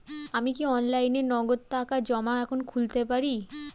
আমি কি অনলাইনে নগদ টাকা জমা এখন খুলতে পারি?